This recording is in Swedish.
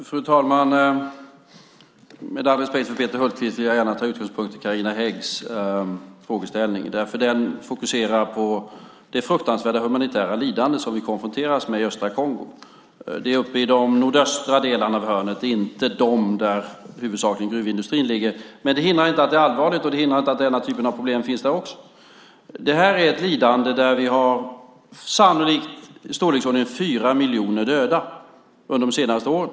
Fru talman! Med all respekt för Peter Hultqvist vill jag gärna ta utgångspunkt i Carina Häggs frågeställning. Den fokuserar på det fruktansvärda humanitära lidande som vi konfronteras med i östra Kongo. Det gäller de nordöstra delarna och inte dem där gruvindustrin huvudsakligen ligger. Det hindrar inte att det är allvarligt, och det hindrar inte att denna typ av problem finns där också. Det här är ett lidande som sannolikt har medfört i storleksordningen fyra miljoner döda under de senaste åren.